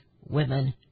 women